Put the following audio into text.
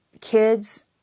kids